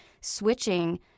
switching